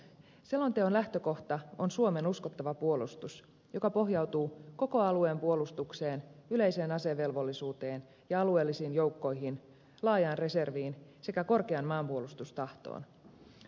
selonteon lähtökohta on suomen uskottava puolustus joka pohjautuu koko alueen puolustukseen yleiseen asevelvollisuuteen ja alueellisiin joukkoihin laajaan reserviin sekä korkeaan maanpuolustustahtoon